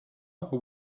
who